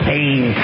Pain